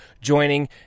joining